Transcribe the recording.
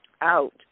out